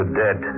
dead